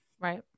right